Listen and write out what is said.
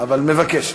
אבל מבקשת.